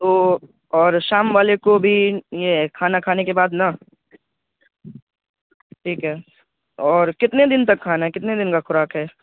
تو اور شام والے کو بھی یہ ہے کھانا کھانے کے بعد نا ٹھیک ہے اور کتنے دن تک کھانا ہے کتنے دن کا خوراک ہے